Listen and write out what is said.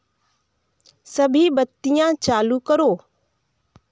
सभी बत्तियाँ चालू करो